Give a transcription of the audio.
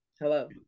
hello